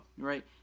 right